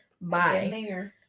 bye